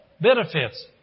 Benefits